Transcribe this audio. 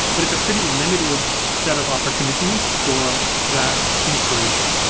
but it's a pretty limited set of opportunities for that inspiration.